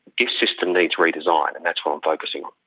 this system needs redesign, and that's what i'm focussing on.